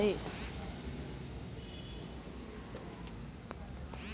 తెల్లదోమ తెగులును నివారించే విత్తనాల పేర్లు చెప్పండి?